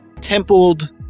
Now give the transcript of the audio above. templed